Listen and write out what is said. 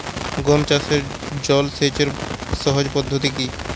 গম চাষে জল সেচের সহজ পদ্ধতি কি?